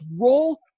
roll